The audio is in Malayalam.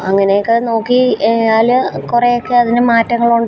അങ്ങനെയൊക്കെ നോക്കിയാല് കുറെയൊക്കെ അതിന് മാറ്റങ്ങൾ ഉണ്ടാവും